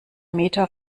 meter